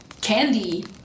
candy